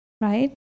right